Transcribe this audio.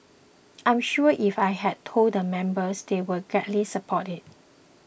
I'm sure if I had told the members they would gladly support it